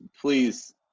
please